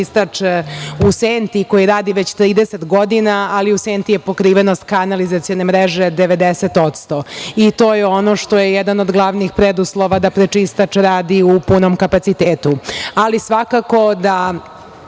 prečistač u Senti koji radi već 30 godina, ali u Senti je pokrivenost kanalizacione mreže 90%. To je ono što je jedan od glavnih preduslova da prečistač radi u punom kapacitetu, ali svakako da